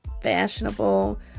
fashionable